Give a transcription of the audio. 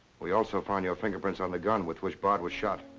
we also found your fingerprints on the gun with which bard was shot.